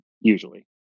usually